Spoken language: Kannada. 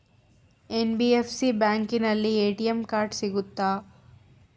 ಎನ್.ಬಿ.ಎಫ್.ಸಿ ಬ್ಯಾಂಕಿನಲ್ಲಿ ಎ.ಟಿ.ಎಂ ಕಾರ್ಡ್ ಸಿಗುತ್ತಾ?